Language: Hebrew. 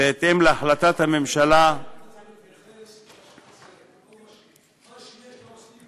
בהתאם להחלטת הממשלה, להתייחס למה שחסר.